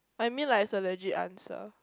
I mean like as a legit answer